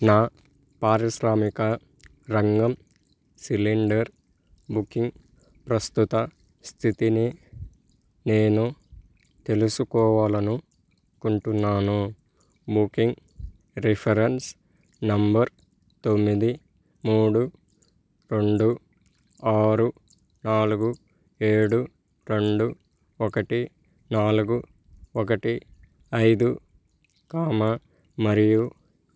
నా పారిశ్రామిక రంగం సిలిండర్ బుకింగ్ ప్రస్తుత స్థితిని నేను తెలుసుకోవాలి అనుకుంటున్నాను బుకింగ్ రిఫరెన్స్ నెంబర్ తొమ్మిది మూడు రెండు ఆరు నాలుగు ఏడు రెండు ఒకటి నాలుగు ఒకటి ఐదు కామ మరియు